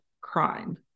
crime